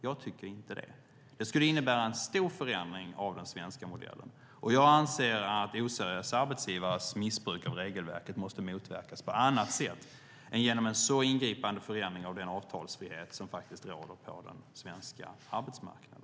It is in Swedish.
Jag tycker inte det. Det skulle innebära en stor förändring av den svenska modellen. Jag anser att oseriösa arbetsgivares missbruk av regelverket måste motverkas på annat sätt än genom en så genomgripande förändring av den avtalsfrihet som råder på den svenska arbetsmarknaden.